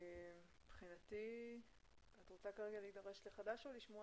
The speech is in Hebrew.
את רוצה כרגע להידרש לסעיף חדש או לשמוע